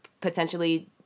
potentially